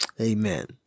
Amen